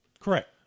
Correct